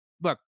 look